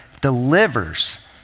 delivers